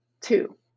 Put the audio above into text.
Two